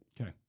Okay